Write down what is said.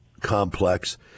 complex